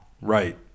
Right